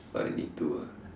but I need to ah